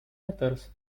letters